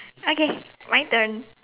okay my turn